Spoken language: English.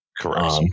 Correct